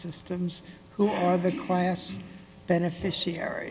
systems who are the class beneficiaries